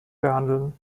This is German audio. behandeln